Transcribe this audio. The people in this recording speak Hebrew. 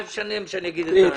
מה זה משנה אם אני אומר מע"מ?